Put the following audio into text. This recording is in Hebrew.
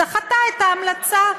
דחתה את ההמלצה.